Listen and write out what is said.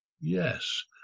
Yes